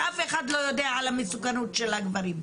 שאף אחד לא יודע על המסוכנות של הגברים.